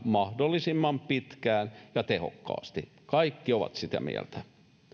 mahdollisimman pitkään ja tehokkaasti kaikki ovat sitä mieltä